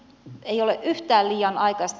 nyt ei ole yhtään liian aikaista